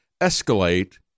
escalate